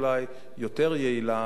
אולי יותר יעילה,